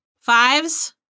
Fives